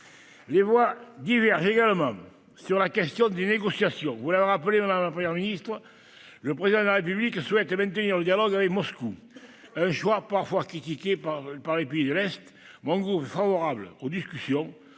Les avis divergent également sur la question des négociations. Vous l'avez rappelé, madame la Première ministre, le Président de la République souhaite maintenir le dialogue avec Moscou, un choix parfois critiqué par les pays de l'Est. Mon groupe est favorable aux discussions,